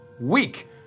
week